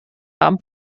haben